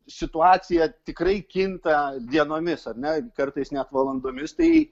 situacija tikrai kinta dienomis ar ne kartais net valandomis tai